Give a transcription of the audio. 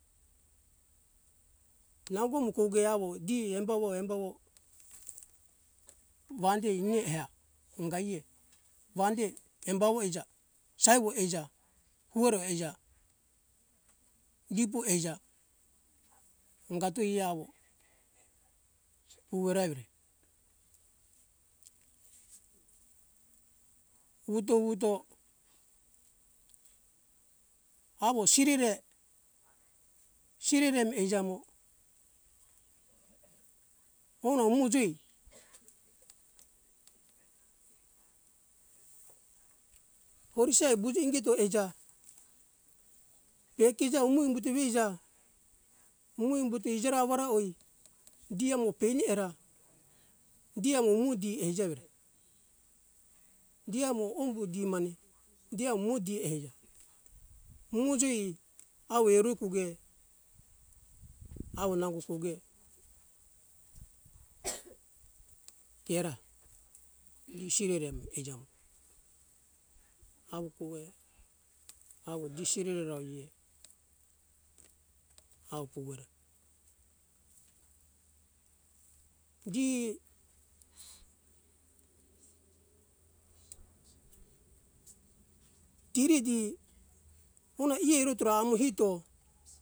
Nagum koge awo di embawo embawo wande e nihea angaie wande embawo eija saiwo eija huwera eija gibo eija angato ai awo uwera evire uto uto awo sirire sirire mi eija mo ono mujei orise buji ingeto eija be kijo umo umbuto weija mumu umbuto ijera awara hoi di amo peni era di amo umo di eija evire di amo ombu di mane di amo mo di eija mumujui awo erukuge awo nango koge kera mumu sireremu eija mo awo kowe awo di sirereraie awo puwera di tiri di ona ie ero tora amo hito